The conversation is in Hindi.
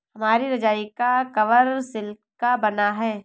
हमारी रजाई का कवर सिल्क का बना है